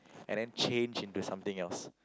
and then change into something else